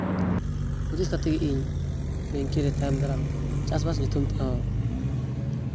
ᱦᱩᱫᱤᱥ ᱠᱟᱛᱮᱫ ᱤᱧ ᱵᱮᱝᱠᱮᱨᱮ ᱛᱟᱭᱚᱢ ᱫᱟᱨᱟᱢ ᱪᱟᱥᱼᱵᱟᱥ ᱧᱩᱛᱩᱢ ᱛᱮᱦᱚᱸ